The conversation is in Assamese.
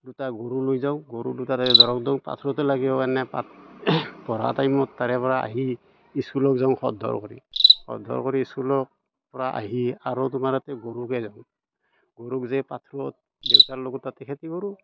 দুট গৰু লৈ যাওঁ গৰু দুটাৰে ধৰক দেওঁ পথাৰতে লাগি হয়নে পাথ পঢ়া টাইমত তাৰে পৰা আহি স্কুলক যাওঁ খৰধৰ কৰি খৰধৰ কৰি স্কুলক পৰা আহি আৰু তোমাৰ ইয়াতে গৰু গাই দিওঁ গৰুক যে পথাৰত দেউতাৰ লগত তাতে খেতি কৰোঁ